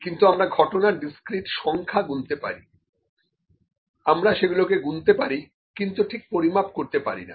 কিন্তু আমরা ঘটনার ডিসক্রিট সংখ্যা গুনতে পারি আমরা সেগুলোকে গুনতে পারি কিন্তু ঠিক পরিমাপ করতে পারি না